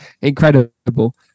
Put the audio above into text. incredible